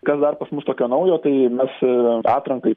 kas dar pas mus tokio naujo tai mes atranka į